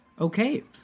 Okay